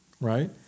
right